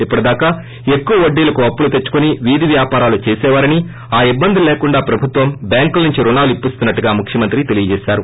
ఇప్పటిదాకా ఎక్కువ వడ్డిలకు అప్పులు తెచ్చుకొని వీధి వ్యాపారాలు చేసేవారని ఆ ఇబ్బందులు లేకుండా ప్రభుత్వం బ్యాంకుల నుండి రుణాలు ఇప్పిస్తున్నట్లుగా ముఖ్యమంత్రి తెలియజేశారు